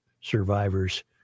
survivors